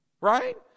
Right